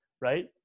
right